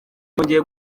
cyongeye